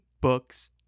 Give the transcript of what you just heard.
books